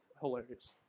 hilarious